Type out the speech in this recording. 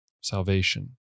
salvation